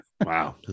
Wow